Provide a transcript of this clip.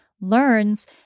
learns